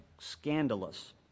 scandalous